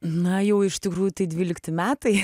na jau iš tikrųjų tai dvylikti metai